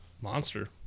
Monster